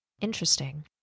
Interesting